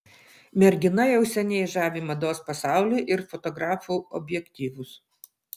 mergina jau seniai žavi mados pasaulį ir fotografų objektyvus